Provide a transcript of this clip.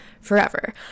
forever